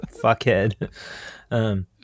fuckhead